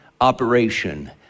operation